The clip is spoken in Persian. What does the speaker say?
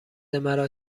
مرا